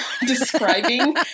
describing